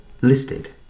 listed